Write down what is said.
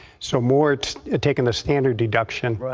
so more taking the standard deduction.